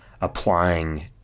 applying